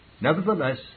Nevertheless